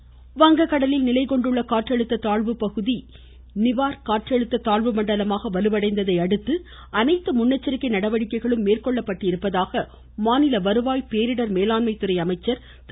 உதயகுமார் வங்க கடலில் நிலைகொண்டுள்ள காற்றழுத்த தாழ்வு பகுதி நிவார் காற்றழுத்த தாழ்வு மண்டலமாக வலுவடைந்ததை அடுத்து அனைத்து முன்னெச்சரிக்கை நடவடிக்கைகளும் மேற்கொள்ளப்பட்டிருப்பதாக மாநில வருவாய் மற்றும் பேரிடர் மேலாண்மைத்துறை அமைச்சர் திரு